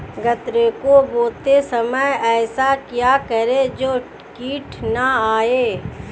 गन्ने को बोते समय ऐसा क्या करें जो कीट न आयें?